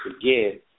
again